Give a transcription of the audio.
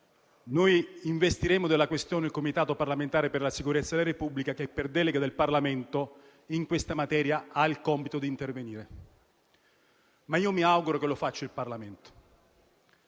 noi investiremo della questione il Comitato parlamentare per la sicurezza della Repubblica che, per delega del Parlamento, in questa materia ha il compito di intervenire. Mi auguro, però, che lo faccia il Parlamento.